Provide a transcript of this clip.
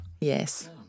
Yes